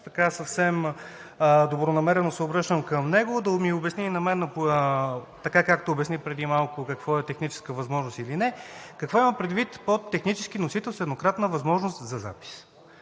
– съвсем добронамерено се обръщам към него, да ми обясни и на мен, както обясни преди малко какво е техническа възможност или не: какво има предвид под технически носител с еднократна възможност за запис?